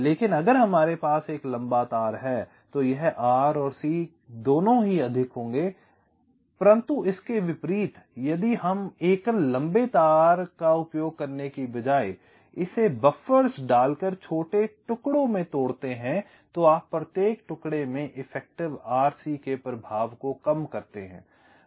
लेकिन अगर हमारे पास एक लंबा तार है तो यह R और C दोनों अधिक होंगे लेकिन इसके विपरीत यदि हम एकल लंबे तार के बजाय इसे बफ़र्स डालकर छोटे टुकड़ों में तोड़ते हैं तो आप प्रत्येक टुकड़े में इफेक्टिव RC के प्रभाव को कम करते हैं